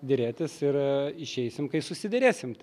derėtis ir išeisim kai susiderėsim